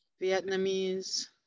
Vietnamese